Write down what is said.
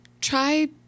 Try